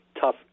tough